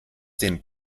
den